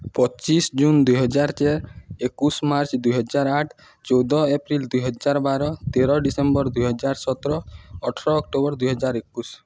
ପଚିଶ୍ ଜୁନ୍ ଦୁଇହଜାର୍ ଚାର୍ ଏକୋଇଶ୍ ମାର୍ଚ୍ଚ ଦୁଇହଜାର୍ ଆଠ୍ ଚଉଦ ଏପ୍ରିଲ୍ ଦୁଇହଜାର୍ ବାର ତେର ଡିସେମ୍ବର୍ ଦୁଇହଜାର୍ ସତର ଅଠର ଅକ୍ଟୋବର୍ ଦୁଇହଜାର୍ ଏକୋଇଶ୍